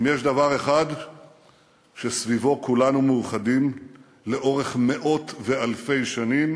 אם יש דבר אחד שכולנו מאוחדים סביבו לאורך מאות ואלפי שנים,